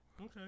Okay